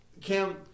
Cam